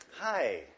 Hi